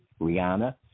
Rihanna